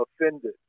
offended